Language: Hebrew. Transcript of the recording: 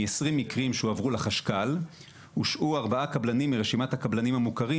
מ-20 מקרים שהועברו לחשכ"ל הושעו ארבעה קבלנים מרשימת "הקבלנים המוכרים"